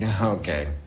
okay